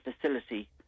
facility